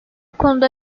konuda